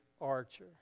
Archer